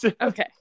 Okay